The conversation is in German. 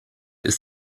ist